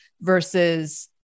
versus